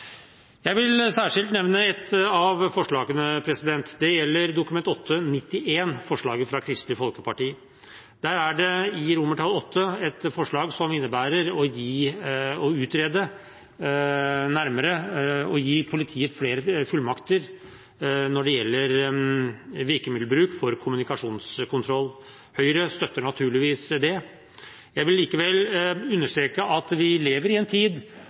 Jeg vil særskilt nevne ett av forslagene. Det gjelder forslaget fra Kristelig Folkeparti i Dokument 8:91 S. I VIII i innstillingen er det et forslag som innebærer å utrede nærmere å gi politiet flere fullmakter når det gjelder virkemiddelbruk for kommunikasjonskontroll. Høyre støtter naturligvis det. Jeg vil likevel understreke at vi lever i en tid